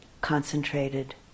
concentrated